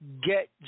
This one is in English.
get